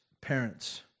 parents